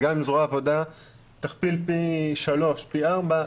אז גם אם זרוע העבודה תכפיל פי 3 ופי 4,